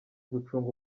gucunga